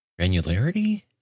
granularity